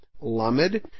Lamed